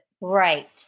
right